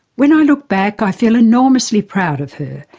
when i look back, i feel enormously proud of her,